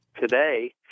today